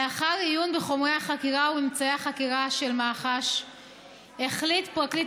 לאחר עיון בחומרי החקירה וממצאי החקירה של מח"ש החליט פרקליט